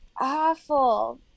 awful